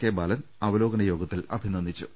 K Balan അവലോ കന യോഗത്തിൽ അഭിനന്ദിച്ചു